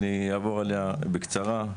אני אעבור עליה בקצרה,